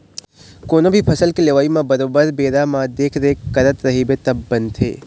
कोनो भी फसल के लेवई म बरोबर बेरा बेरा म देखरेख करत रहिबे तब बनथे